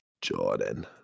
Jordan